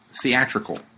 theatrical